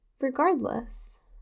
regardless